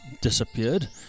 disappeared